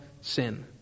sin